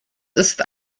ist